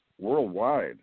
worldwide